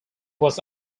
was